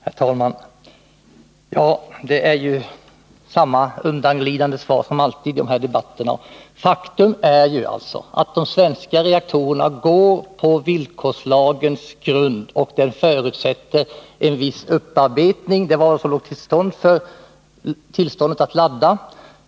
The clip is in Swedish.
Herr talman! Här lämnas samma undanglidande svar som alltid i dessa debatter. Faktum är att de svenska reaktorerna drivs på grundval av villkorslagen, och den förutsätter en viss upparbetning — det var vad som låg till grund för tillståndet att ladda.